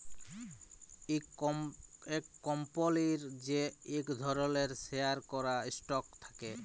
ইক কম্পলির যে ইক ধরলের শেয়ার ক্যরা স্টক থাক্যে